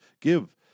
Give